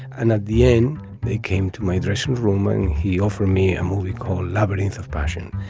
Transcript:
and at the end they came to my dressing room and he offered me a movie called labyrinth of passion.